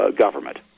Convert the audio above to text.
government